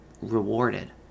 rewarded